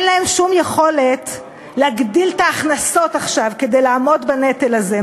אין להם שום יכולת להגדיל עכשיו את ההכנסות כדי לעמוד בנטל הזה.